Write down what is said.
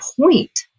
point